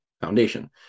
foundation